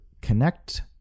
connect